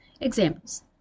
Examples